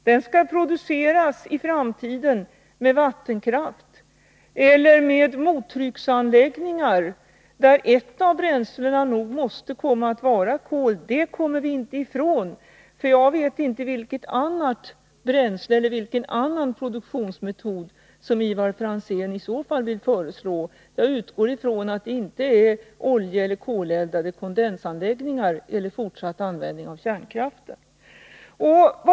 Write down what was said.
Den skall i framtiden produceras med vattenkraft eller med mottrycksanläggningar, där ett av bränslena nog måste vara kol. Det kommer vi inte ifrån — jag vet inte vilket annat bränsle, eller vilken annan produktionsmetod, som Ivar Franzén i så fall vill föreslå. Jag utgår från att det inte är oljeeller koleldade kondensanläggningar eller fortsatt användning av kärnkraften.